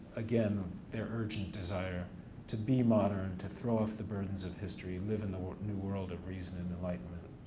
again, their urgent desire to be modern, to throw off the burdens of history, live in the new world of reason and enlightenment,